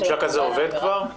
הממשק הזה עובד כבר?